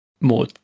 more